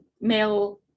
male